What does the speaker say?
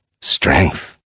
strength